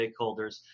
stakeholders